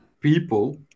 people